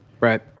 Right